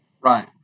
Right